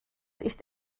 ist